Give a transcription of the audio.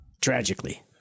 Tragically